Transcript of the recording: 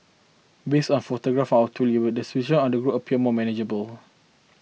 based on photograph our tour leader the situation on the ground appear manageable